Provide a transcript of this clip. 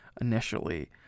initially